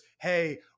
Hey